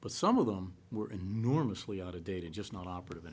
but some of them were enormously out of date and just not operative